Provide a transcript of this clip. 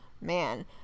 man